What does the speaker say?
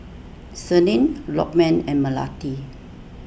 Senin Lokman and Melati